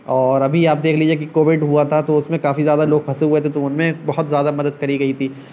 اور ابھی آپ دیکھ لیجیے کہ کووڈ ہوا تھا تو اس میں کافی زیادہ لوگ پھنسے ہوئے تھے تو ان میں بہت زیادہ مدد کری گئی تھی